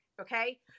okay